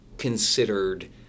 considered